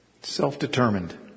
Self-determined